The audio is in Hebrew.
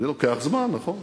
זה לוקח זמן, נכון.